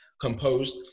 composed